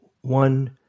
one